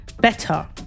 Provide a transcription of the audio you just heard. better